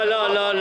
לא.